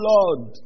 Lord